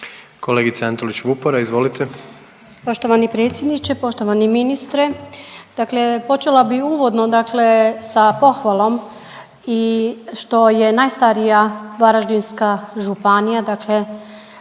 **Antolić Vupora, Barbara (SDP)** Poštovani predsjedniče, poštovani ministre, dakle počela bi uvodno dakle sa pohvalom i što je najstarija Varaždinska županija dakle